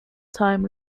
time